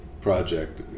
project